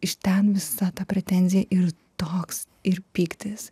iš ten visa ta pretenzija ir toks ir pyktis